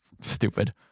Stupid